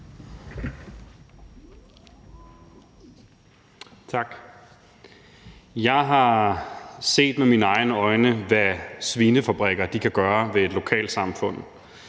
Tak. Jeg har set med mine egne øjne, hvad svinefabrikker kan gøre ved et lokalsamfund.